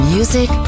Music